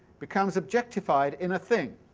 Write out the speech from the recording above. becomes objectified in a thing.